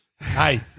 Hey